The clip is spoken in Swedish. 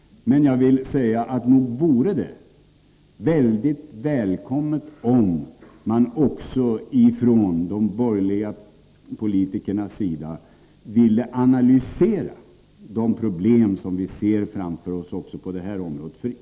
Men jag vill säga att det vore väldigt välkommet om man också ifrån de borgerliga politikernas sida ville analysera de problem vi ser framför oss också på detta område.